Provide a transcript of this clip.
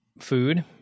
food